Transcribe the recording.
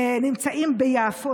נמצאים ביפו.